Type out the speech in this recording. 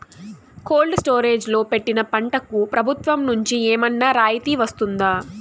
Cold storage లో పెట్టిన పంటకు ప్రభుత్వం నుంచి ఏమన్నా రాయితీ వస్తుందా?